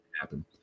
happen